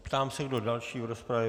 Ptám se, kdo další v rozpravě?